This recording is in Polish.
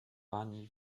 pani